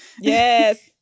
Yes